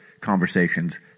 conversations